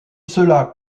cela